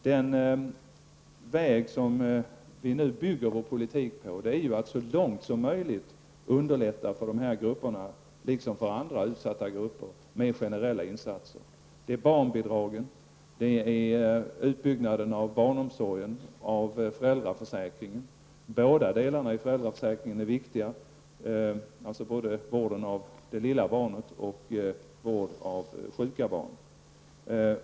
Den grund som vi nu bygger vår politik på är att så långt som möjligt underlätta för de här grupperna, liksom för andra utsatta grupper med generella insatser. Det gäller barnbidragen, utbyggnaden av barnomsorgen och utbyggnaden av föräldraförsäkringen. Båda delarna i föräldraförsäkringen är viktiga, både vården av det lilla barnet och vården av sjuka barn.